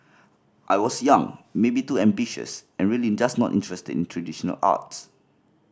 I was young maybe too ambitious and really just not interested in traditional arts